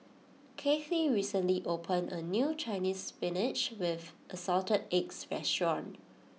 Kathey recently opened a new chinese Spinach with Assorted Eggs restaurant